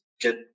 get